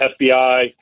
FBI